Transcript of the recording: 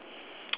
ya